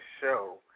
show